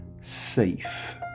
safe